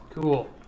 Cool